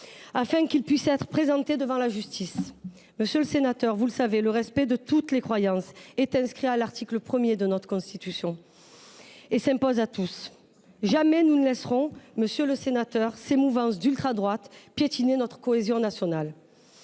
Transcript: afin qu’ils puissent être présentés devant la justice. Monsieur le sénateur, vous le savez, le respect de toutes les croyances est inscrit à l’article premier de notre Constitution et s’impose à tous. Jamais nous ne laisserons ces mouvances d’ultradroite piétiner notre cohésion nationale.